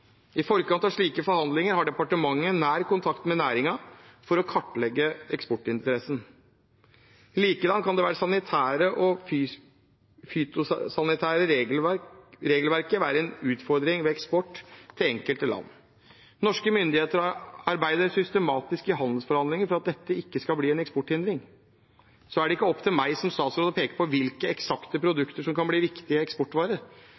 I forkant av slike forhandlinger har departementet nær kontakt med næringen for å kartlegge eksportinteressene. Likedan kan det sanitære og fytosanitære regelverket være en utfordring ved eksport til enkelte land. Norske myndigheter arbeider systematisk i handelsforhandlinger for at dette ikke skal bli en eksporthindring. Så er det ikke opp til meg som statsråd å peke på hvilke eksakte produkter som kan bli en viktig eksportvare.